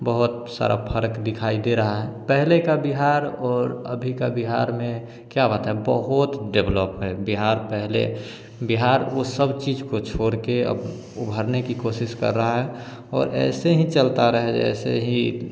बहुत सारा फ़र्क़ दिखाई दे रहा है पहले का बिहार और अभी का बिहार में क्या बताएं बहुत डेवलौप है बिहार पहले बिहार वो सब चीज़ को छोड़ के अब उभरने की कोशिश कर रहा हैं और ऐसे ही चलता रहे जाए ऐसे ही